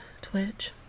Twitch